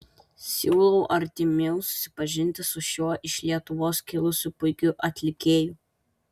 siūlau artimiau susipažinti su šiuo iš lietuvos kilusiu puikiu atlikėju